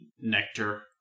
nectar